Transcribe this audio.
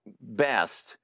best